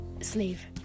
sleeve